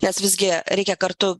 nes visgi reikia kartu